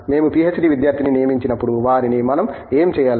మేము పీహెచ్డీ విద్యార్థిని నియమించినప్పుడు వారిని మనం ఏమి చేయాలి